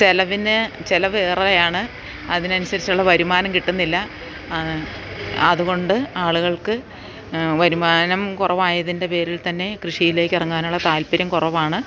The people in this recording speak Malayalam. ചെലവേറെയാണ് അതിനനുസരിച്ചുള്ള വരുമാനം കിട്ടുന്നില്ല അതുകൊണ്ട് ആളുകൾക്ക് വരുമാനം കുറവായതിൻ്റെ പേരിൽത്തന്നെ കൃഷിയിലേക്കിറങ്ങാനുള്ള താൽപര്യം കുറവാണ്